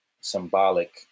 symbolic